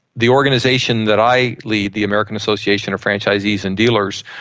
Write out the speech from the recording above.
the organisation that i lead, the american association of franchisees and dealers,